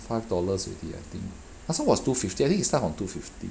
five dollars already I think last time was two fifty I think it start from two fifty